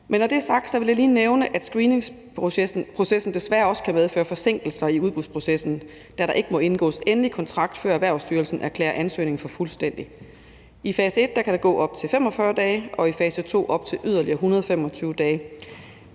når det er sagt, vil jeg lige nævne, at screeningsprocessen desværre også kan medføre forsinkelser i udbudsprocessen, da der ikke må indgås endelig kontrakt, før Erhvervsstyrelsen erklærer ansøgningen for fuldstændig. I fase et kan der gå op til 45 dage, og i fase to op til yderligere 125 dage.